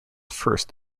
first